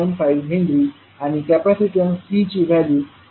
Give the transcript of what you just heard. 5 henry आणि capacitance C ची value 0